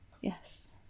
Yes